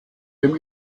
dem